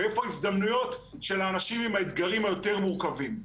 ואיפה ההזדמנויות של האנשים עם האתגרים היותר מורכבים.